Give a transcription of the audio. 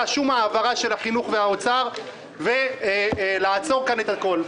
עבור שום העבר של החינוך והאוצר ולעצור כאן את הכול.